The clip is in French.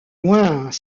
moins